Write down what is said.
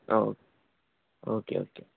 oh okay okay